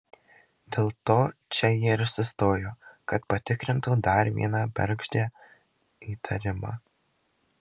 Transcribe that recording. dėl to čia jie ir sustojo kad patikrintų dar vieną bergždžią įtarimą